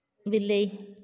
ବିଲେଇ